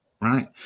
Right